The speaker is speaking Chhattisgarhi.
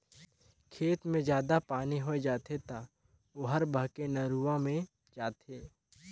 खेत मे जादा पानी होय जाथे त ओहर बहके नरूवा मे जाथे